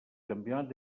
campionat